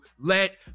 let